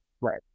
right